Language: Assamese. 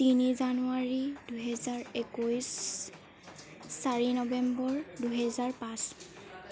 তিনি জানুৱাৰী দুহেজাৰ একৈছ চাৰি নৱেম্বৰ দুহেজাৰ পাঁচ